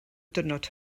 diwrnod